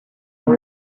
dans